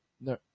No